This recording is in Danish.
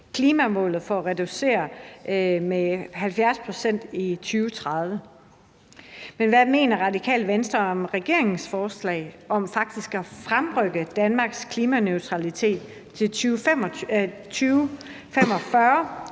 klimamålet om at reducere med 70 pct. i 2030. Men hvad mener Radikale Venstre om regeringens forslag om faktisk at fremrykke Danmarks klimaneutralitet til 2045